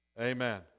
amen